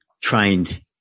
trained